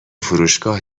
فروشگاه